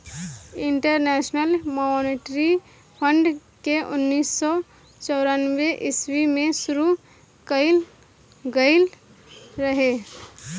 international monetary fund के उन्नीस सौ चौरानवे ईस्वी में शुरू कईल गईल रहे